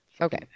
Okay